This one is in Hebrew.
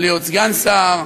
להיות סגן שר,